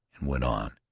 and went on.